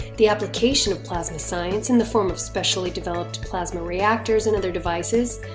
the application of plasma science in the form of specially developed plasma reactors and other devices,